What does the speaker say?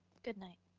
goodnight.